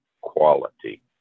quality